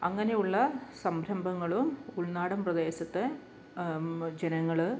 അങ്ങനെ ഉള്ള സംരംഭങ്ങളും ഉൾനാടൻ പ്രദേശത്തെ ജനങ്ങൾ